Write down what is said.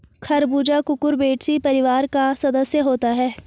खरबूजा कुकुरबिटेसी परिवार का सदस्य होता है